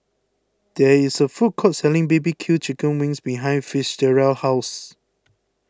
there is a food court selling B B Q Chicken Wings behind Fitzgerald's house